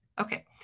Okay